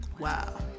Wow